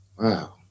wow